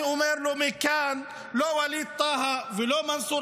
אני אומר לו מכאן: לא ווליד טאהא ולא מנסור